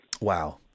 Wow